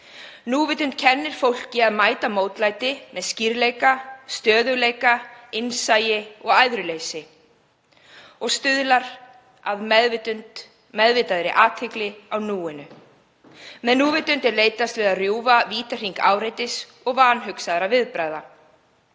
Núvitund kennir fólki að mæta mótlæti með skýrleika, stöðugleika, innsæi og æðruleysi og stuðlar að meðvitaðri athygli í núinu. Með núvitund er leitast við að rjúfa vítahring áreitis og vanhugsaðra viðbragða.